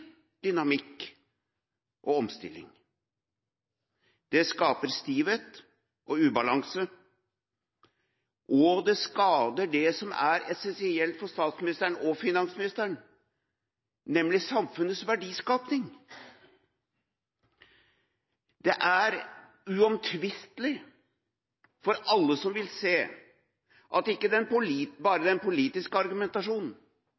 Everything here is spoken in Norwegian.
dynamikk og omstilling. Det skaper stivhet og ubalanse, og det skader det som er essensielt for statsministeren og finansministeren, nemlig samfunnets verdiskaping. Det er uomtvistelig, for alle som vil se, at ikke bare den politiske argumentasjonen,